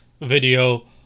video